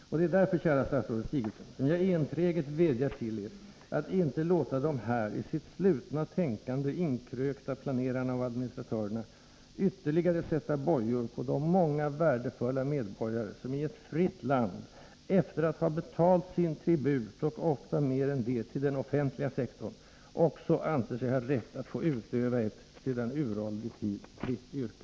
Och det är därför, kära statsrådet Sigurdsen, som jag enträget vädjar till er att inte låta de här i sitt slutna tänkande inkrökta planerarna och administratörerna ytterligare sätta bojor på de många värdefulla medborgare, som i ett fritt land, efter att ha betalt sin tribut — och ofta mer än det! — till den offentliga sektorn, också anser sig ha rätt att få utöva ett sedan uråldrig tid fritt yrke.